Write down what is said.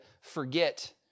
forget